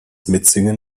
mitsingen